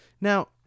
Now